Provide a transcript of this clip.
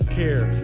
care